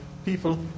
people